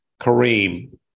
Kareem